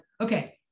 okay